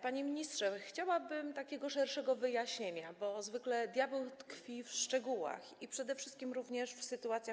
Panie ministrze, chciałabym takiego szerszego wyjaśnienia, bo zwykle diabeł tkwi w szczegółach, ale przede wszystkim w sytuacjach.